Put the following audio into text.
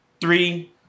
three